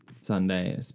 Sunday